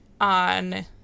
on